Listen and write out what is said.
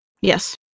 Yes